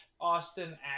Austin